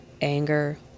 Anger